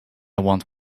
want